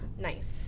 Nice